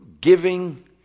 giving